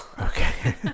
Okay